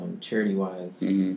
charity-wise